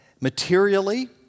Materially